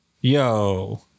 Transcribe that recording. Yo